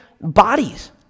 bodies